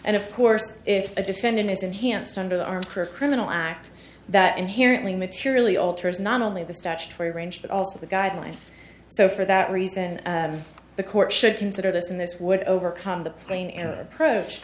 and of course if a defendant is enhanced under the arm for a criminal act that inherently materially alters not only the statutory range but also the guideline so for that reason the court should consider this and this would overcome the plane and her approach